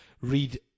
read